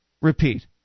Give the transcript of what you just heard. repeat